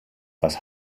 was